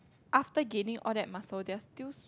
after gaining all that muscle there's still